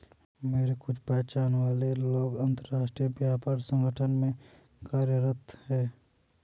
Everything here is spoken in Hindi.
मेरे कुछ पहचान वाले लोग अंतर्राष्ट्रीय व्यापार संगठन में कार्यरत है